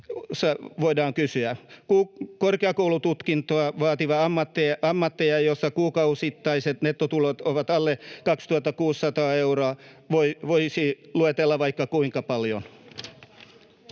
voidaan kysyä. Korkeakoulututkintoa vaativia ammatteja, joissa kuukausittaiset nettotulot ovat alle 2 600 euroa, voisi luetella vaikka kuinka paljon.